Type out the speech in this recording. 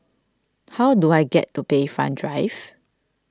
how do I get to Bayfront Drive